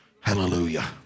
Hallelujah